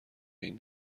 این